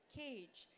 cage